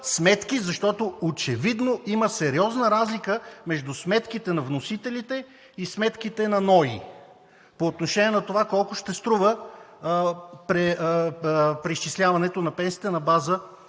сметки, защото очевидно има сериозна разлика между сметките на вносителите и сметките на НОИ. По отношение на това колко ще струва преизчисляването на пенсиите на база